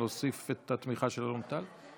להוסיף את התמיכה של אלון טל.